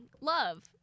love